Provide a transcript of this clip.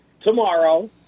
tomorrow